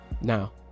Now